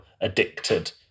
addicted